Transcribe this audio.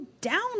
down